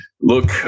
look